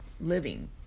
living